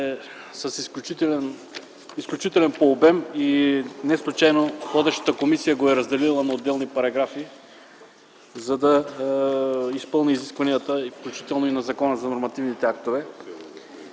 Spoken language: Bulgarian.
е изключителен по обем и неслучайно водещата комисия го е разделила на отделни параграфи, за да изпълни изискванията, включително и на Закона за нормативните актове.